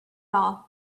all